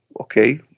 okay